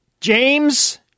James